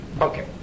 Okay